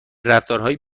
رفتارهای